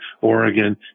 Oregon